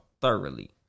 thoroughly